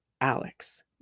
Alex